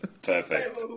Perfect